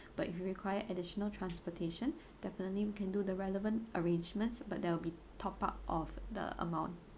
but if you require additional transportation definitely can do the relevant arrangements but there will be top up of the amount